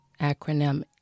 acronym